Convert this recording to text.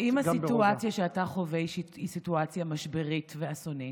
ואם הסיטואציה שאתה חווה אישית היא סיטואציה משברית ואסונית,